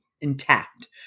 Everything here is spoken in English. intact